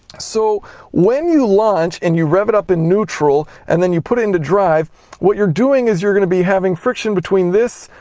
so when you launch and you rev it up in neutral, and then you put it into drive what you're doing is you're going to be having friction between this,